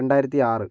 രണ്ടായിരത്തി ആറ്